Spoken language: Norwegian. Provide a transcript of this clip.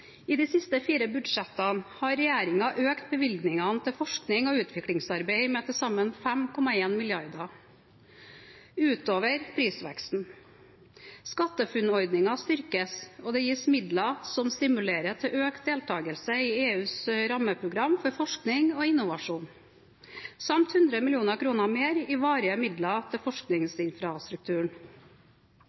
I de siste fire budsjettene har regjeringen økt bevilgningene til forskning og utviklingsarbeid med til sammen 5,1 mrd. kr, utover prisveksten. SkatteFUNN-ordningen styrkes, og det gis midler som stimulerer til økt deltakelse i EUs rammeprogram for forskning og innovasjon samt 100 mill. kr mer i varige midler til forskningsinfrastrukturen.